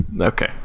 okay